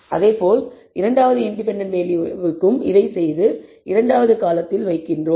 அதேபோல் இரண்டாவது இண்டிபெண்டன்ட் வேறியபிளிற்கும் இதைச் செய்து இரண்டாவது காலத்தில் வைக்கிறோம்